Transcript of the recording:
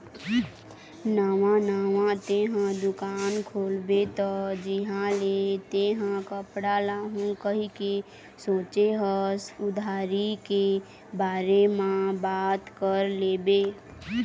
नवा नवा तेंहा दुकान खोलबे त जिहाँ ले तेंहा कपड़ा लाहू कहिके सोचें हस उधारी के बारे म बात कर लेबे